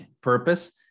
purpose